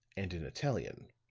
and in italian.